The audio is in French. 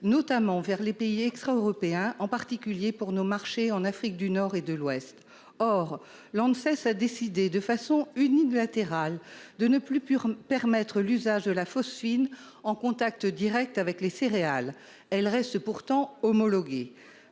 notamment dans les pays extraeuropéens, en particulier pour nos marchés en Afrique du Nord et de l'Ouest. Or l'Anses a décidé, de façon unilatérale, de ne plus permettre l'usage de la phosphine, qui reste pourtant homologuée,